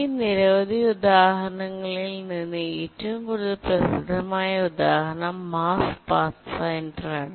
ഈ നിരവധി ഉദാഹരണങ്ങളിൽ നിന്ന് ഏറ്റവും കൂടുതൽ പ്രസിദ്ധമായ ഉദാഹരണം മാർസ് പാത്ത്ഫൈൻഡറാണ്